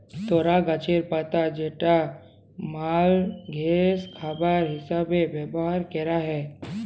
তর গাছের পাতা যেটা মালষের খাবার হিসেবে ব্যবহার ক্যরা হ্যয়